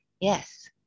Yes